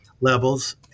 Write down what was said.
levels